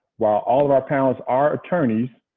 while all of our panelists are attorneys,